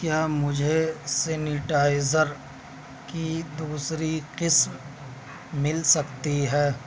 کیا مجھے سینیٹائزر کی دوسری قسم مل سکتی ہے